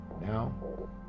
now